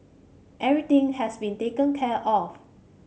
everything has been taken care of